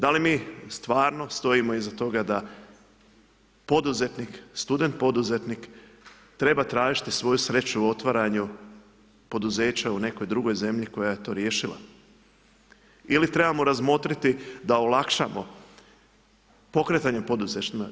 Da li mi stvarno stojimo iza toga da poduzetnik, student poduzetnik treba tražiti svoju sreću u otvaranju poduzeća u nekoj drugoj zemlji koja je to riješila ili trebamo razmotriti da olakšamo pokretanje poduzetnika.